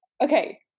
Okay